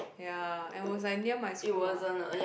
ya and was like near my school mah